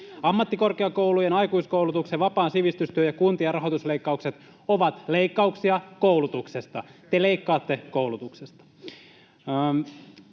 Ammattikorkeakoulujen, aikuiskoulutuksen, vapaan sivistystyön ja kuntien rahoitusleikkaukset ovat leikkauksia koulutuksesta. Te leikkaatte koulutuksesta.